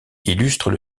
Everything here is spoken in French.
illustrent